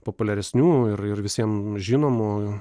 populiaresnių ir ir visies žinomų